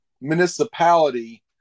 municipality